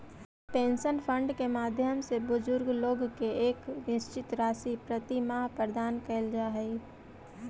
pension fund के माध्यम से बुजुर्ग लोग के एक निश्चित राशि प्रतिमाह प्रदान कैल जा हई